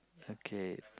okay